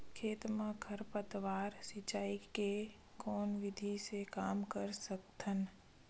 खेत म खरपतवार सिंचाई के कोन विधि से कम कर सकथन?